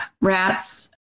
rats